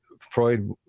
Freud